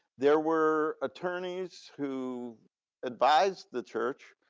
there were attorneys who advised the church,